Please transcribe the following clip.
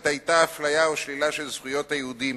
היתה אפליה או שלילה של זכויות היהודים